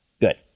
good